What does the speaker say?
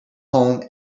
home